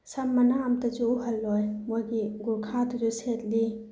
ꯁꯝ ꯃꯅꯥ ꯑꯝꯇꯁꯨ ꯎꯍꯜꯂꯣꯏ ꯃꯣꯏꯒꯤ ꯒꯨꯔꯈꯥꯗꯨꯗ ꯁꯦꯠꯂꯤ